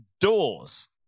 doors